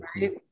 right